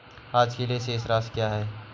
आज के लिए शेष राशि क्या है?